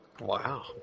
Wow